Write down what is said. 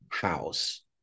House